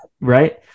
Right